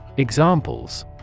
Examples